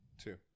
Two